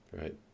right